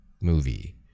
movie